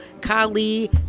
kali